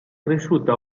cresciuto